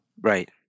right